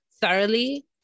thoroughly